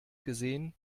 gesehen